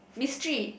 mystery